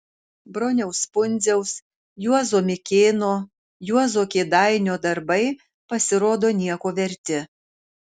broniaus pundziaus juozo mikėno juozo kėdainio darbai pasirodo nieko verti